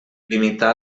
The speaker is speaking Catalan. limitar